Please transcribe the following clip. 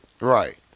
Right